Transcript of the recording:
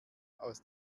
aus